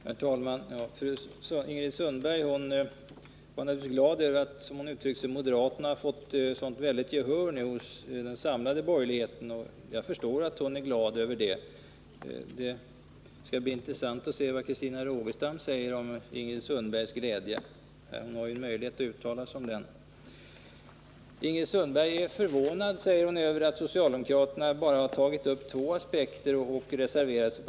Herr talman! Ingrid Sundberg var glad över — som hon uttryckte det — att moderaterna fått sådant gehör hos den samlade borgerligheten. Jag förstår att hon är glad över det. Det skall bli intressant att höra vad Christina Rogestam har att säga om Ingrid Sundbergs glädje. Hon har ju möjlighet att uttala sig om den. Ingrid Sundberg säger att hon är förvånad över att socialdemokraterna bara tagit upp två aspekter i sin reservation.